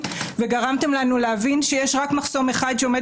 וגרמתם לנו להבין שיש לנו רק מחסום אחד שעומד